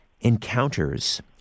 encounters